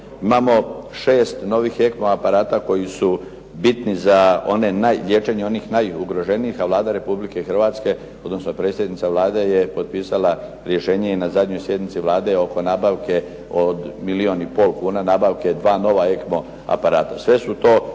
Imamo 6 novih ECMO aparata koji su bitni za liječenje onih najugroženijih, a Vlada Republike Hrvatske, odnosno predsjednica Vlade je potpisala rješenje i na zadnjoj sjednici Vlade oko nabavke od milijun i pol kuna nabavke 2 nova ECMO aparata. Sve su to